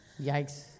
Yikes